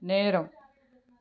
நேரம்